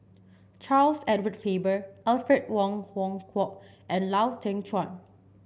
Charles Edward Faber Alfred Wong Hong Kwok and Lau Teng Chuan